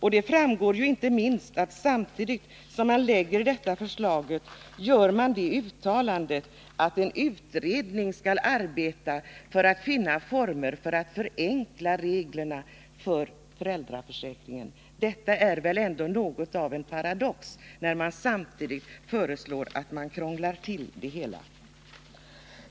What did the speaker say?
Det framgår inte minst av att man, samtidigt som man lägger fram detta förslag, gör uttalandet att en utredning skall arbeta för att finna former för att förenkla grunderna i föräldraförsäkringen. Detta är väl ändock något av en paradox, när man föreslår att vi skall krångla till det hela.